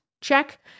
Check